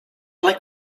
like